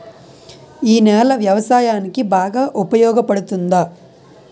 ఈ నేల వ్యవసాయానికి బాగా ఉపయోగపడుతుందా?